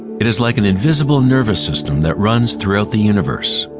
it is like an invisible nervous system that runs throughout the universe.